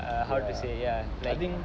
err how to say ya like